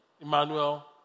Emmanuel